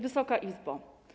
Wysoka Izbo!